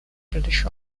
british